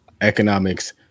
economics